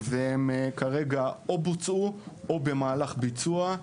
כרגע הם או בוצעו או במהלך ביצוע.